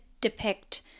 depict